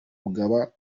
bw’abantu